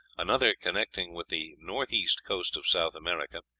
another connecting with the north-east coast of south america,